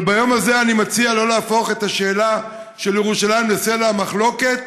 אבל ביום הזה אני מציע לא להפוך את השאלה של ירושלים לסלע המחלוקת,